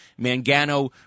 Mangano